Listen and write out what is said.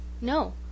No